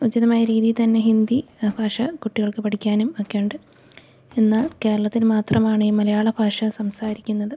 ഉചിതമായ രീതയില് തന്നെ ഹിന്ദി ഭാഷ കുട്ടികൾക്കു പഠിക്കാനും ഒക്കെയുണ്ട് എന്നാൽ കേരളത്തിൽ മാത്രമാണീ മലയാള ഭാഷ സംസാരിക്കുന്നത്